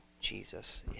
Jesus